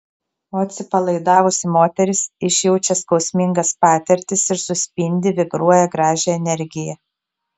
o atsipalaidavusi moteris išjaučia skausmingas patirtis ir suspindi vibruoja gražią energiją